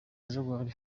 jaguar